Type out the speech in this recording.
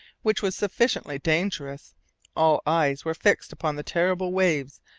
which was sufficiently dangerous all eyes were fixed upon the terrible waves.